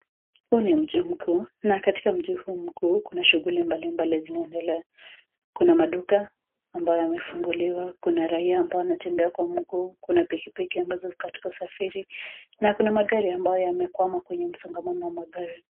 Huu ni mji mkuu, na katika nji huu mkuu, kuna shughuli mbalimbali zinaendelea. Kuna maduka mbayo yamefunguliwa, kuna raia ambao wanatembea kwa mguu, kuna pikipiki ambazo ziko katika usafiri na kuna magari ambayo yamekwama kwenye msongamano wa magari.